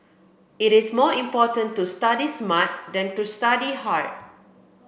it is more important to study smart than to study hard